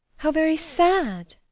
how very sad!